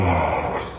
Yes